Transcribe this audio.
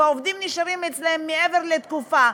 והעובדים נשארים אצלם מעבר לתקופה.